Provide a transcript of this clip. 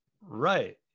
Right